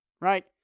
Right